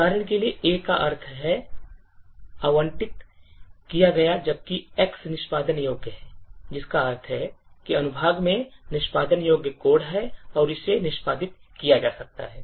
उदाहरण के लिए A का अर्थ है आवंटित किया गया जबकि X निष्पादन योग्य है जिसका अर्थ है कि अनुभाग में निष्पादन योग्य कोड है और इसे निष्पादित किया जा सकता है